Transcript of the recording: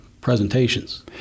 presentations